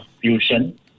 fusion